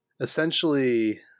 essentially